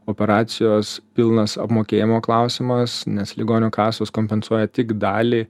operacijos pilnas apmokėjimo klausimas nes ligonių kasos kompensuoja tik dalį